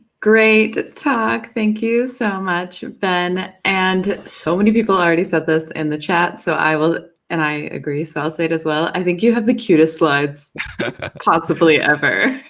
great talk, thank you so much, ben. and so many people already said this in and the chat, so i will and i agree, so i will say it as well i think you have the cutest slides possibly ever!